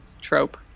trope